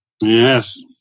Yes